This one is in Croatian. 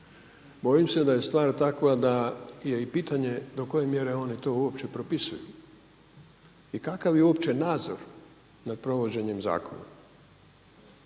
bojim se da je stvar takva da je i pitanje do koje mjere oni to uopće propisuju i kakav je uopće nadzor nad provođenjem zakona.